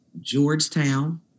Georgetown